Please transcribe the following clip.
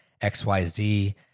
xyz